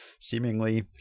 seemingly